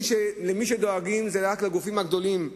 דואגים רק לגופים הגדולים,